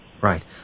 right